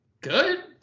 good